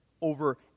over